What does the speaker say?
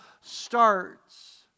starts